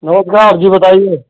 नमस्कार जी बताइए